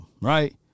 right